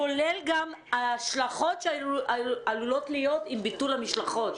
כולל גם על ההשלכות שעלולות להיות עם ביטול המשלחות,